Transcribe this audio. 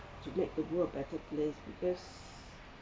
to make the world a better place because